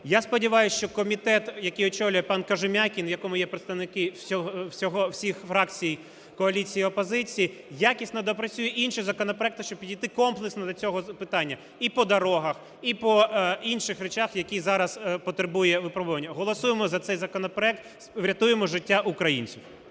Я сподіваюсь, що комітет, який очолює пан Кожем'якін, в якому є представники всіх фракцій коаліції і опозиції, якісно доопрацює інші законопроекти, щоб підійти комплексно до цього питання і по дорогах, і по інших речах, які зараз потребують виправлення. Голосуємо за цей законопроект, врятуємо життя українців.